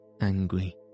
angry